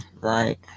right